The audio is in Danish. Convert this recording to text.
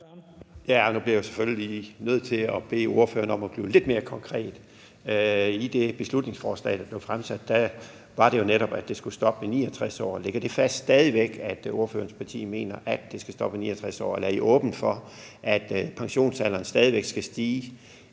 (M): Nu bliver jeg selvfølgelig nødt til at bede ordføreren om at blive lidt mere konkret. I det beslutningsforslag, der blev fremsat, stod der jo netop, at det skulle stoppe ved 69 år. Ligger det stadig væk fast, at ordførerens parti mener, at det skal stoppe ved 69 år, eller er I åbne for, at pensionsalderen stadig væk skal stige